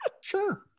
sure